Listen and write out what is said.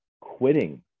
quitting